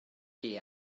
chi